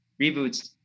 reboots